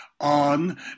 on